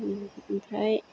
ओमफ्राय